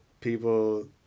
people